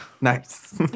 Nice